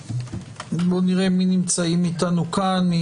נראה מי נמצאים איתנו כאן.